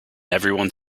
everyone